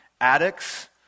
addicts